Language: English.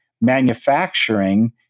manufacturing